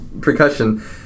percussion